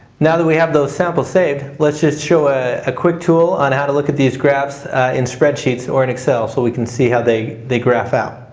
now that we have those samples saved, let's just show a ah quick tool on how to look at these graphs in spreadsheets or in excel so we can see how they they graph out.